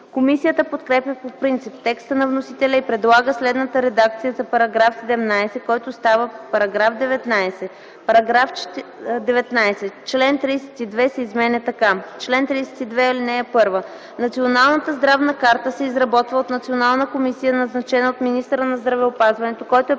Комисията подкрепя по принцип текста на вносителя и предлага следната редакция за § 17, който става § 19: „§ 19. Член 32 се изменя така: „Чл. 32. (1) Националната здравна карта се изработва от национална комисия, назначена от министъра на здравеопазването, който е